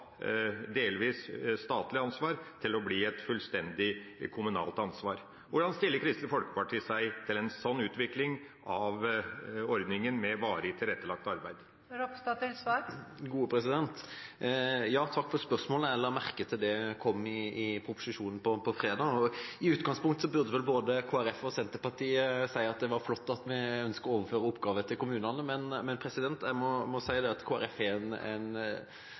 delvis statlig ansvar til å bli et fullstendig kommunalt ansvar. Hvordan stiller Kristelig Folkeparti seg til en sånn utvikling av ordninga med varig tilrettelagt arbeid? Takk for spørsmålet. Jeg la merke til at det kom i proposisjonen fredag. I utgangspunktet burde vel både Kristelig Folkeparti og Senterpartiet si at det var flott at man ønsker å overføre oppgaver til kommunene, men jeg må si at Kristelig Folkeparti er mer skeptisk til den overføringen, fordi vi frykter at det